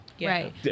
Right